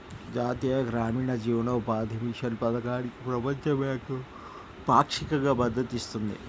జాతీయ గ్రామీణ జీవనోపాధి మిషన్ పథకానికి ప్రపంచ బ్యాంకు పాక్షికంగా మద్దతు ఇస్తుంది